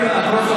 אני מודה לך.